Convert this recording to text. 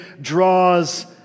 draws